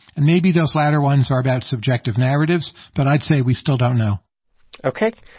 and maybe those latter ones are about subjective narratives, but i'd say we still don't know ok.